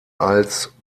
als